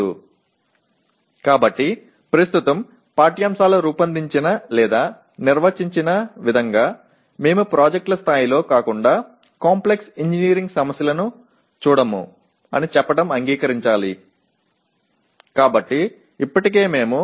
ஆகவே தற்போது பாடத்திட்டம் வடிவமைக்கப்பட்ட அல்லது வரையறுக்கப்பட்ட விதத்தில் திட்டங்களின் மட்டத்தைத் தவிர வேறு சிக்கலான பொறியியல் சிக்கல்களைப் பார்க்கவில்லை என்று சொல்வதை நாம் ஏற்றுக்கொள்ள வேண்டும்